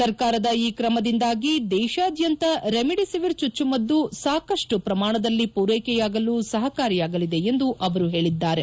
ಸರ್ಕಾರದ ಈ ಕ್ರಮದಿಂದಾಗಿ ದೇಶಾದ್ಯಂತ ರೆಮಿಡಿಸಿವಿರ್ ಚುಚ್ಚುಮದ್ದು ಸಾಕಷ್ಟು ಪ್ರಮಾಣದಲ್ಲಿ ಪೂರೈಕೆಯಾಗಲು ಸಹಕಾರಿಯಾಗಲಿದೆ ಎಂದು ಅವರು ಹೇಳಿದ್ದಾರೆ